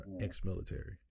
ex-military